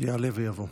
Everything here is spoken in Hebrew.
יעלה ויבוא.